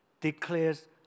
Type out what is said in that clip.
declares